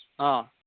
অঁ